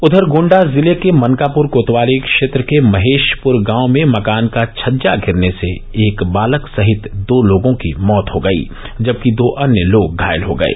उधर गोण्डा जिले के मनकापुर कोतवाली क्षेत्र के महेषपुर गांव में मकान का छज्जा गिरने से एक बालक सहित दो लोगों की मौत हो गयी जबकि दो अन्य लोग घायल हो गये